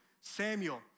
Samuel